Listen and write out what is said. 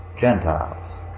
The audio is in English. Gentiles